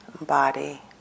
body